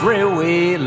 Railway